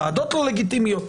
הוועדות לא לגיטימיות,